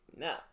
No